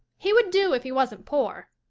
he would do if he wasn't poor.